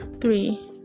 three